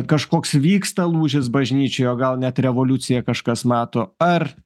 kažkoks vyksta lūžis bažnyčioje o gal net revoliuciją kažkas mato ar